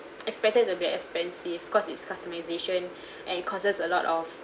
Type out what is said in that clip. expected to be expensive cause it's customisation and it causes a lot of